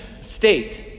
state